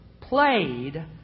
played